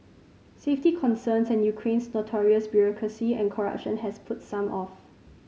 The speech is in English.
safety concerns and Ukraine's notorious bureaucracy and corruption has put some off